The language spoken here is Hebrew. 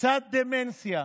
קצת דמנציה,